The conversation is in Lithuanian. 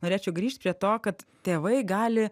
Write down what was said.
norėčiau grįžt prie to kad tėvai gali